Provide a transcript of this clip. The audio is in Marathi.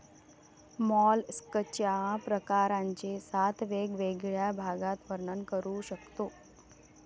मॉलस्कच्या प्रकारांचे सात वेगवेगळ्या भागात वर्णन करू शकतो